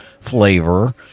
flavor